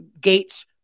gates